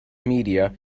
media